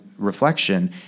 reflection